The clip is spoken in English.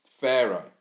pharaoh